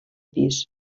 pis